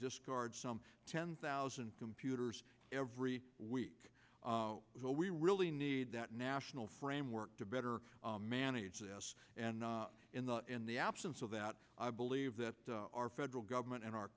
discards some ten thousand computers every week we really need that national framework to better manage this and in the in the absence of that i believe that our federal government and our